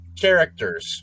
Characters